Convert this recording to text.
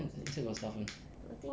inside got stuff [one]